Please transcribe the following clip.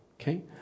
Okay